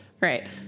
Right